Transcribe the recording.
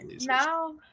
now